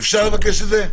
אפשר לבקש את זה?